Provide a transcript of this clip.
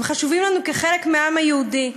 הם חשובים לנו כחלק מהעם היהודי,